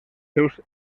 seus